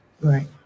right